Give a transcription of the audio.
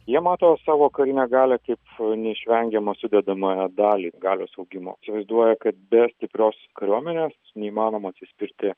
jie mato savo karinę galią kaip neišvengiamą sudedamąją dalį galios augimo įsivaizduoja kad be stiprios kariuomenės neįmanoma atsispirti